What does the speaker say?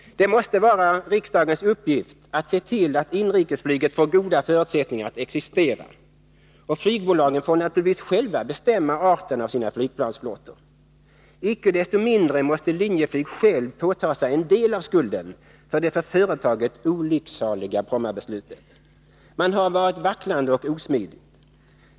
Det måste vara riksdagens uppgift att se till att inrikesflyget får goda förutsättningar att existera, och flygbolagen får naturligtvis själva bestämma arten av sina flygplansflottor. Icke desto mindre måste Linjeflyg självt påtaga sig en del av skulden för det för företaget olycksaliga Brommabeslutet. Man har varit vacklande och osmidig.